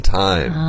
time